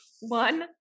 one